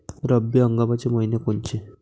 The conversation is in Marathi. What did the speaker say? रब्बी हंगामाचे मइने कोनचे?